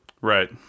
right